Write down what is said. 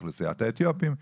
מאוכלוסיית האתיופים,